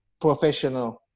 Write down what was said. professional